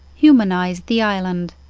humanized the island.